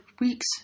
weeks